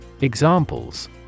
Examples